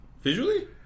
visually